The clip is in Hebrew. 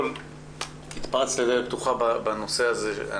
התפרצת לדלת פתוחה בנושא הזה.